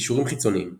קישורים חיצוניים